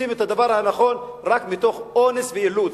עושים את הדבר הנכון רק מתוך אונס ואילוץ,